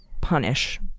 punish